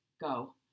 go